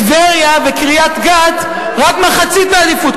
טבריה וקריית-גת רק מחצית מהעדיפות,